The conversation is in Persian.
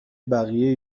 بقیه